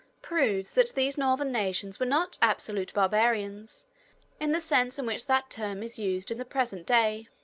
proves that these northern nations were not absolute barbarians in the sense in which that term is used at the present day.